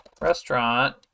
restaurant